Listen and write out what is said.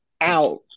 Out